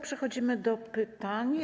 Przechodzimy do pytań.